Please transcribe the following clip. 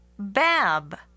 BAB